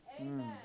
Amen